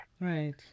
right